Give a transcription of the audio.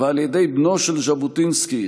ובידי בנו של ז'בוטינסקי,